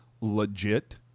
legit